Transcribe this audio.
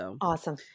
awesome